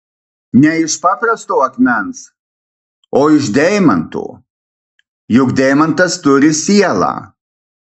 ne iš paprasto akmens o iš deimanto juk deimantas turi sielą